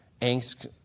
angst